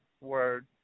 word